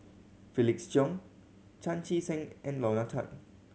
Felix Cheong Chan Chee Seng and Lorna Tan